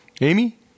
Amy